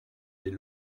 des